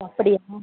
ஓ அப்படியா